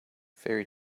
fairy